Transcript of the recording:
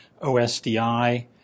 OSDI